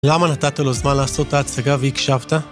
למה נתת לו זמן לעשות את ההצגה והקשבת?